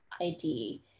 ID